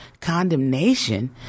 condemnation